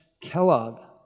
Kellogg